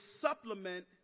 supplement